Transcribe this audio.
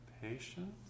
patience